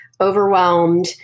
overwhelmed